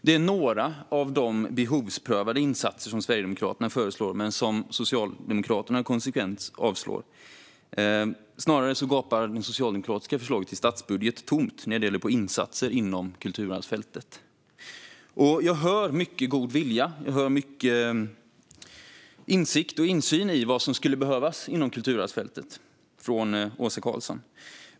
Detta är några av de behovsprövade insatser som Sverigedemokraterna föreslår men som Socialdemokraterna konsekvent yrkar avslag på. Snarare gapar det socialdemokratiska förslaget till statsbudget tomt när det gäller insatser inom kulturarvsfältet. Jag hör mycket god vilja från Åsa Karlsson, och jag hör mycket insikt om och insyn i vad som skulle behövas inom kulturarvsfältet.